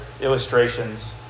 illustrations